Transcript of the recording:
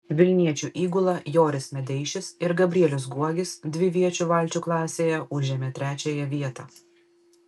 vilniečių įgula joris medeišis ir gabrielius guogis dviviečių valčių klasėje užėmė trečiąją vietą